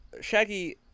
shaggy